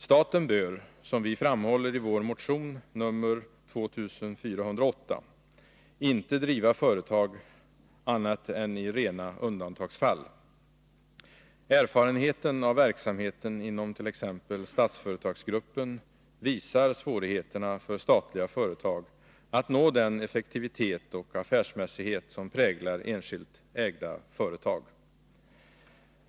Staten bör — som vi framhåller i vår motion nr 2408 — inte driva företag annat än i rena undantagsfall. Erfarenheten av verksamheten inom t.ex. Statsföretagsgruppen visar svårigheterna för statliga företag att nå den effektivitet och affärsmässighet som präglar enskilt ägda företag.